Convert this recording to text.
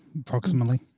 approximately